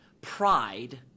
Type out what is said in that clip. pride